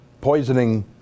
poisoning